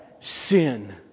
sin